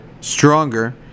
stronger